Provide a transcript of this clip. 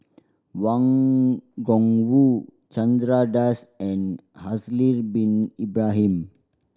Wang Gungwu Chandra Das and Haslir Bin Ibrahim